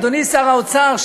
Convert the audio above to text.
אדוני שר האוצר,